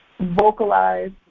vocalize